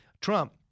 Trump